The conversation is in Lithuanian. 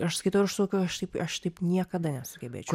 ir aš skaitau ir aš suvokiu aš taip aš taip niekada nesugebėčiau